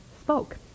spoke